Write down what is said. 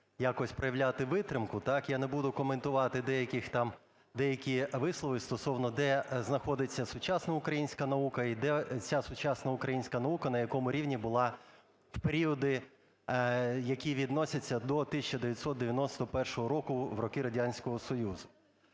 Я не буду коментувати деяких там, деякі вислови стосовно, де знаходиться сучасна українська наука і де ця сучасна українська наука, на якому рівні була в періоди, які відносяться до 1991 року, в роки Радянського Союзу,